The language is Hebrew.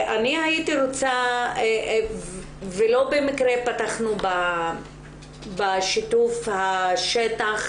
אני הייתי רוצה, ולא במקרה פתחנו בשיתוף השטח